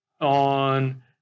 on